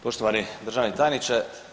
Poštovani državni tajniče.